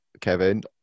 Kevin